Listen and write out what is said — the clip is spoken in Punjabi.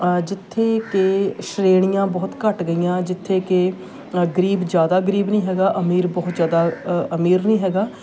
ਜਿੱਥੇ ਕਿ ਸ਼੍ਰੇਣੀਆਂ ਬਹੁਤ ਘੱਟ ਗਈਆਂ ਜਿੱਥੇ ਕਿ ਗਰੀਬ ਜ਼ਿਆਦਾ ਗਰੀਬ ਨਹੀਂ ਹੈਗਾ ਅਮੀਰ ਬਹੁਤ ਜ਼ਿਆਦਾ ਅਮੀਰ ਨਹੀਂ ਹੈਗਾ